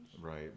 right